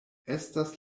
estas